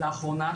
לאחרונה,